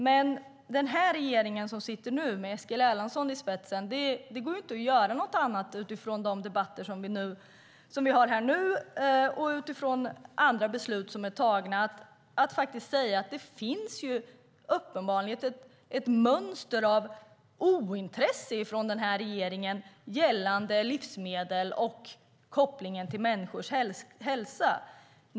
Med den regeringen som sitter nu, med Eskil Erlandsson i spetsen, går det inte att göra något annat, utifrån de debatter som vi har här nu och utifrån andra beslut som är tagna, än att säga att det uppenbarligen finns ett mönster av ointresse från den här regeringen gällande livsmedel och kopplingen till människors hälsa.